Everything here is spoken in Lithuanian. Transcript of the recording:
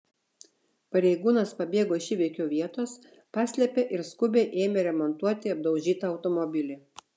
pareigūnas pabėgo iš įvykio vietos paslėpė ir skubiai ėmė remontuoti apdaužytą automobilį